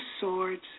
Swords